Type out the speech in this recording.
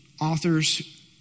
authors